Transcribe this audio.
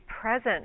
present